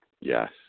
Yes